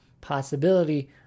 possibility